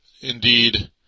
indeed